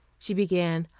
she began.